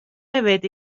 hefyd